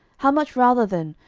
how much rather then,